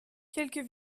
quelques